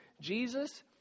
Jesus